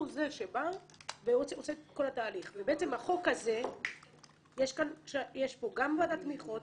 זה שבא ועושה את כל התהליך ובחוק הזה יש גם ועדת תמיכות,